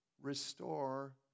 restore